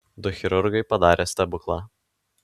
du chirurgai padarė stebuklą